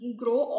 grow